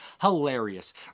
Hilarious